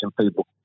people